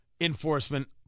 enforcement